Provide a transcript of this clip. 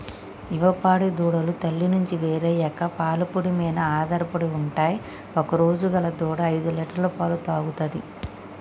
యువ పాడి దూడలు తల్లి నుండి వేరయ్యాక పాల పొడి మీన ఆధారపడి ఉంటయ్ ఒకరోజు గల దూడ ఐదులీటర్ల పాలు తాగుతది